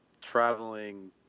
traveling